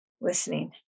listening